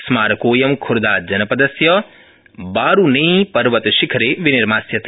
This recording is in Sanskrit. स्मारकोऽयं खुर्दाजनपदस्य बारुनेई पर्वतशिखरे विनिर्मास्यते